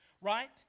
right